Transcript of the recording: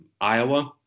iowa